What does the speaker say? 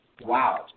Wow